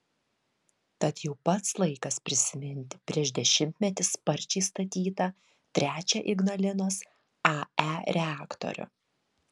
tad jau pats laikas prisiminti prieš dešimtmetį sparčiai statytą trečią ignalinos ae reaktorių